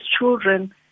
children